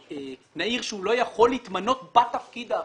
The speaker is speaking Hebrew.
נעיר שהוא לא יכול להתמנות בתפקיד האחר,